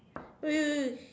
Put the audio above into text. wait wait wait